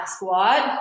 Squat